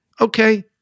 okay